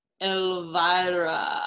Elvira